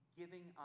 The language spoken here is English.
giving